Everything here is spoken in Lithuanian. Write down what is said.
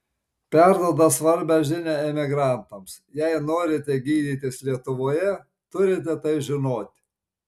perduoda svarbią žinią emigrantams jei norite gydytis lietuvoje turite tai žinoti